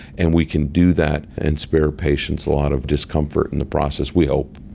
and we can do that and spare patients a lot of discomfort in the process we hope.